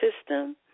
system